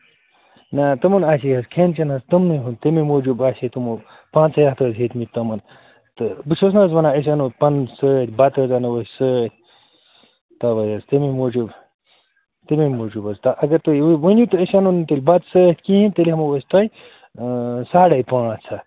نہَ تِمَن حظ چھِی اَسہِ کھٮ۪ن چٮ۪ن حظ تِمنٕے ہُنٛد تَمی موٗجوٗب آسہِ ہے تِمو پانٛژَے ہَتھ حظ ہیٚتۍمٕتۍ تِمَن تہٕ بہٕ چھُس نہٕ حظ وَنان أسۍ اَنو پَنُن سۭتۍ بَتہٕ حظ اَنو سۭتۍ تَوَے حظ تَمے موٗجوٗب تَمے موٗجوٗب حظ اگر تُہۍ یی ؤنِو تہٕ أسۍ اَنو نہٕ تیٚلہِ بَتہٕ سۭتۍ کِہیٖنٛۍ تیٚلہِ ہٮ۪مو أسۍ تۄہہِ ساڑَے پانٛژھ ہَتھ